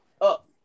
Up